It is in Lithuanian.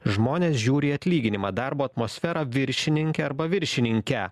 žmonės žiūri į atlyginimą darbo atmosferą viršininkę arba viršininkę